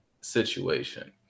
situation